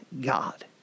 God